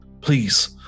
Please